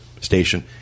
station